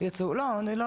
אני רק